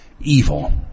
Evil